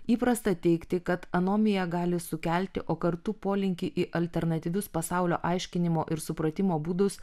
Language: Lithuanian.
įprasta teigti kad anomiją gali sukelti o kartu polinkį į alternatyvius pasaulio aiškinimo ir supratimo būdus